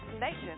Nation